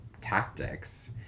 tactics